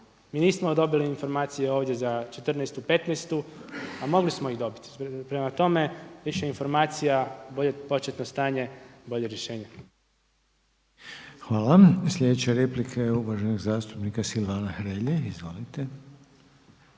Nismo dobili informacije ovdje za '14. i '15. a mogli smo ih dobiti. Prema tome, više informacija je bolje početno stanje i bolje rješenje. **Reiner, Željko (HDZ)** Hvala. Sljedeća replika je uvaženog zastupnika Silvana Hrelje, izvolite.